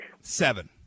Seven